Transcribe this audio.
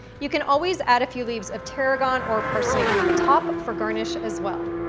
you can always add a few leaves of tarragon or parsley on the top for garnish as well.